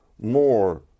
more